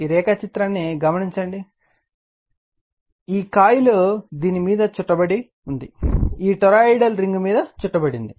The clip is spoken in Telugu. ఈ రేఖాచిత్రాన్ని గమనించండి ఈ కాయిల్ దీని మీద చుట్టబడింది ఈ టొరాయిడల్ రింగ్ మీద చుట్టబడింది